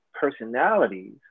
personalities